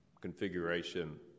configuration